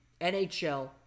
NHL